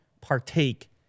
partake